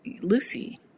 Lucy